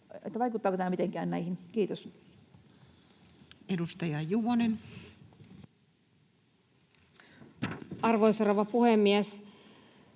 vaikuttaako tämä mitenkään näihin? — Kiitos. Edustaja Juvonen. Arvoisa rouva puhemies!